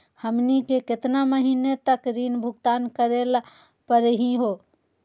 हमनी के केतना महीनों तक ऋण भुगतान करेला परही हो?